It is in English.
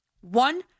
One